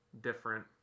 different